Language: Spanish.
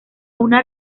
una